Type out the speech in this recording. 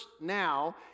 now